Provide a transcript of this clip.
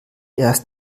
erst